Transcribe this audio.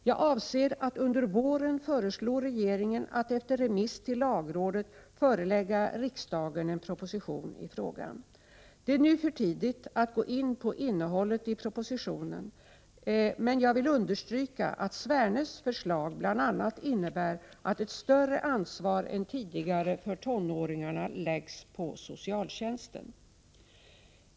Jag avser att under våren föreslå regeringen att efter remiss till lagrådet förelägga riksdagen en proposition i frågan . Det är nu för tidigt att gå in på innehållet i propositionen, men jag vill understryka att Svernes förslag bl.a. innebär att ett större ansvar än tidigare för tonåringarna läggs på socialtjänsten.